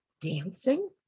dancing